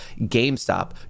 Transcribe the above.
GameStop